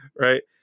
right